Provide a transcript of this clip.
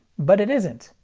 but it isn't.